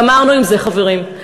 גמרנו עם זה, חברים.